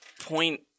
point